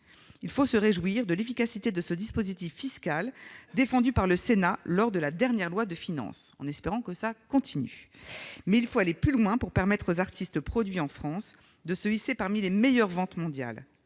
Il faut se réjouir de l'efficacité de ce dispositif fiscal, défendu par le Sénat lors de l'élaboration de la dernière loi de finances, mais il faut aller plus loin, pour permettre aux artistes produits en France de se hisser parmi les meilleures ventes mondiales.